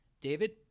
David